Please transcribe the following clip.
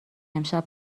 امشب